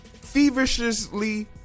feverishly